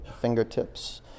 fingertips